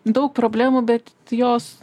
daug problemų bet jos